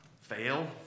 fail